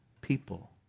people